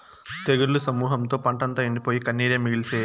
తెగుళ్ల సమూహంతో పంటంతా ఎండిపోయి, కన్నీరే మిగిల్సే